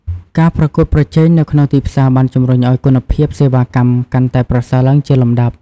ការប្រកួតប្រជែងនៅក្នុងទីផ្សារបានជំរុញឲ្យគុណភាពសេវាកម្មកាន់តែប្រសើរឡើងជាលំដាប់។